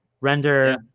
render